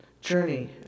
journey